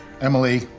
Emily